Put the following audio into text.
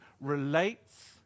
relates